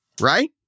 right